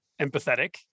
empathetic